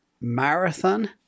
Marathon